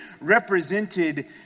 represented